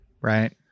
Right